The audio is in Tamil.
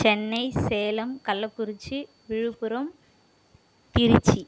சென்னை சேலம் கள்ளக்குறிச்சி விழுப்புரம் திருச்சி